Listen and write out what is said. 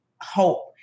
hope